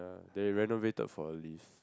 they renovated for a lift